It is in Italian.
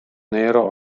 nero